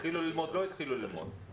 וב-1 בספטמבר התחילה שנת הלימודים בבתי הספר.